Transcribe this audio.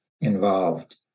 involved